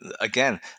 again